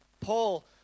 Paul